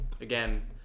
again